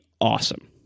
awesome